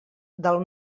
del